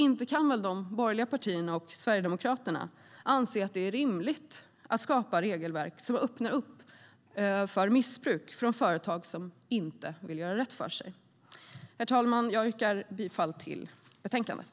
Inte kan väl de borgerliga partierna och Sverigedemokraterna anse att det är rimligt att skapa regelverk som öppnar upp för missbruk från företag som inte vill göra rätt för sig? Herr ålderspresident! Jag yrkar bifall till förslaget i betänkandet.